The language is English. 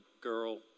girl